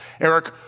Eric